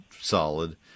solid